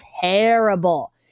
terrible